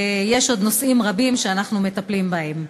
ויש עוד נושאים רבים שאנחנו מטפלים בהם.